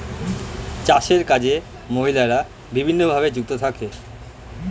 চাষের কাজে মহিলারা বিভিন্নভাবে যুক্ত থাকে